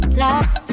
love